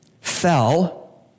fell